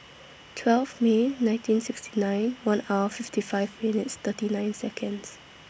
twelve May nineteen sixty nine one hour fifty five minutes thirty nine Seconds